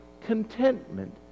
contentment